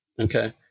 Okay